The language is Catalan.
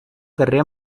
carrer